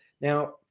Now